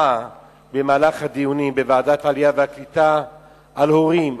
במהלך הדיונים בוועדת העלייה והקליטה שמענו סיפורי זוועה על הורים,